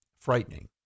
frightening